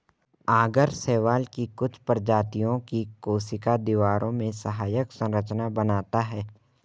आगर शैवाल की कुछ प्रजातियों की कोशिका दीवारों में सहायक संरचना बनाता है